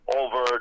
over